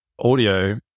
audio